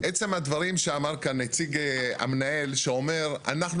עצם הדברים שאמר כאן נציג המנהל שאומר אנחנו